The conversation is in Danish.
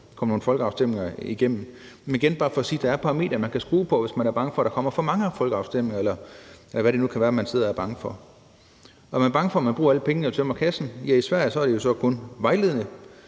alt kom nogle folkeafstemninger igennem. Det er igen bare for at sige, at der er parametre, man kan skrue på, hvis man er bange for, at der kommer for mange folkeafstemninger, eller hvad det nu kan være, man sidder og er bange for. Er man bange for, at man bruger alle pengene og tømmer kassen, så vil jeg sige, at i Sverige er det kun vejledende.